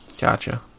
Gotcha